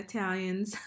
Italians